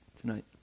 tonight